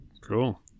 Cool